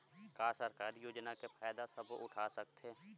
का सरकारी योजना के फ़ायदा सबो उठा सकथे?